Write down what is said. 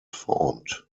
formed